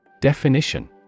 Definition